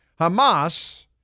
Hamas